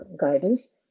guidance